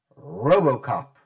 RoboCop